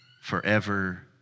forever